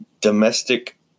domestic